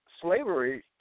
Slavery